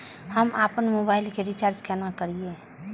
हम आपन मोबाइल के रिचार्ज केना करिए?